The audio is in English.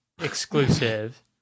exclusive